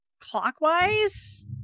clockwise